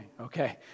Okay